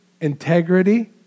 integrity